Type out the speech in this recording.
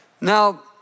Now